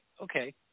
Okay